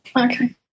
okay